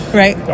right